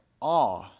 awe